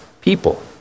people